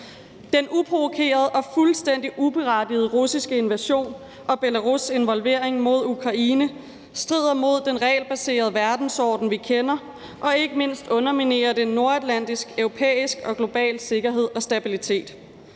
Den uprovokerede og fuldstændig uberettigede russiske invasion af Ukraine og Belarus' involvering strider imod den regelbaserede verdensorden, vi kender, og ikke mindst underminerer det den nordatlantiske, europæiske og globale sikkerhed og stabilitet.